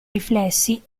riflessi